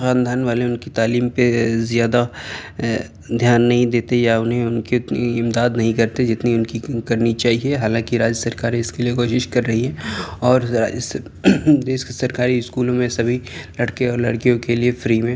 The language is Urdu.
خاندان والے ان کی تعلیم پہ زیادہ دھیان نہیں دیتے یا انہیں ان کی اتنی امداد نہیں کرتے جتنی ان کی کرنی چاہیے حالاں کہ راجیہ سرکار اس کے لیے کوشش کر رہی ہے اور ذرا اس دیش کے سرکاری اسکولوں میں سبھی لڑکے اور لڑکیوں کے لیے فری میں